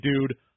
dude